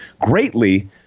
greatly